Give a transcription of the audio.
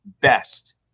best